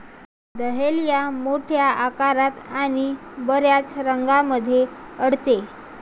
dahlia मोठ्या आकारात आणि बर्याच रंगांमध्ये आढळते